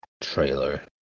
trailer